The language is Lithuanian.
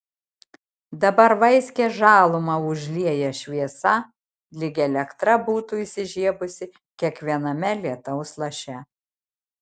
dabar vaiskią žalumą užlieja šviesa lyg elektra būtų įsižiebusi kiekviename lietaus laše